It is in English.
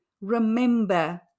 Remember